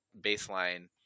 baseline